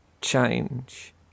Change